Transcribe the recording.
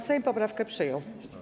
Sejm poprawkę przyjął.